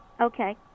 Okay